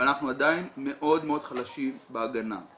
אבל אנחנו עדיין מאוד חלשים בהגנה.